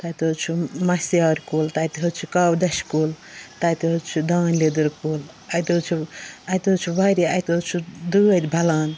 تَتہِ حظ چھُ مَسہِ یار کُل تَتہِ حظ چھِ کاوٕ دَچھِ کُل تَتہِ حظ چھِ دان لیٚدٕر کُل اَتہِ حظ چھِ اَتہِ حظ چھِ واریاہ اَتہِ حظ چھِ دٲدۍ بَلان